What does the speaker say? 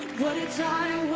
what a time